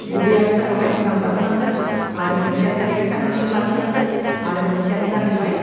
गुबैयानो जाहैबाय मोजां जाहोनांगोन आरो मोनसेयानो जाहैबाय साखोन सिखोन लाखिनांगोन आरो मोनसेयानो जाहैबाय